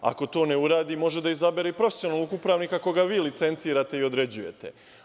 Ako to ne uradi, može da izabere i profesionalnog upravnika koga vi licencirate i određujete.